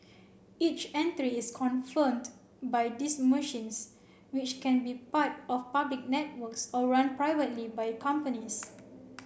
each entry is confirmed by these machines which can be part of public networks or run privately by companies